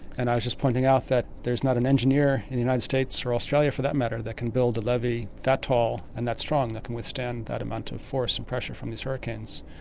and i was just pointing out that there's not an engineer in the united states, or australia for that matter, that can build a levy that tall and that strong that can withstand that amount of force and pressure from these hurricanes.